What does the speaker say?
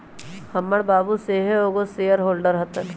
हमर बाबू सेहो एगो शेयर होल्डर हतन